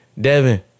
Devin